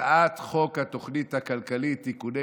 הצעת חוק התוכנית הכלכלית (תיקוני